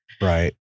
Right